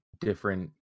different